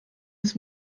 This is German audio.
des